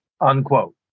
unquote